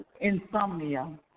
Insomnia